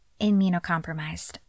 immunocompromised